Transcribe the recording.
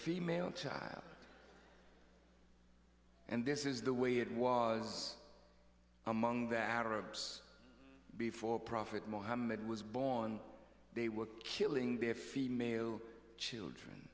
female child and this is the way it was among the arabs before prophet mohammed was born they were killing their female children